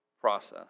process